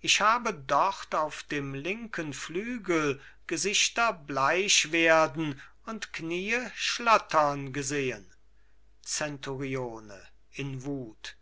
ich habe dort auf dem linken flügel gesichter bleich werden und kniee schlottern gesehen zenturione in wut